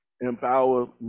Empower